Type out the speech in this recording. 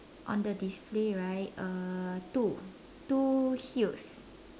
on the display right uh two two huge